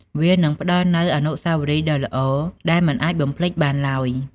វានឹងផ្តល់នូវអនុស្សាវរីយ៍ដ៏ល្អដែលមិនអាចបំភ្លេចបានឡើយ។